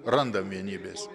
randam vienybės